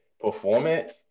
performance